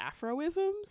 Afroisms